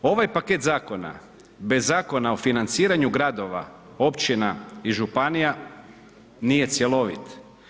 Ovaj paket zakona, bez Zakona o financiranju gradova, općina i županija nije cjelovit.